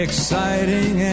Exciting